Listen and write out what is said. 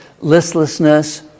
listlessness